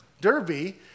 Derby